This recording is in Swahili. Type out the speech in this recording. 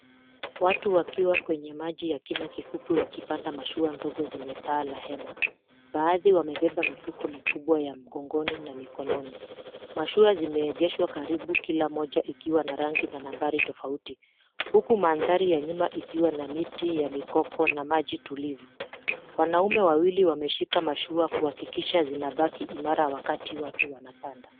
Watu wakiwa kwenye maji ya kina kifupi wakipanda mashua ndogo zenye pa la hema. Baadhi wamebeba mifuko mikubwa ya mgongoni na mikononi. Mashua zimeegeshwa karibu kila moja ikiwa na rangi na nambari tofauti. Huku mandhari ya nyuma ikiwa na miti ya mikoko na maji tulivu. Wanaume wawili wameshika mashua kuhakikisha zinabaki imara wakati watu wanapanda.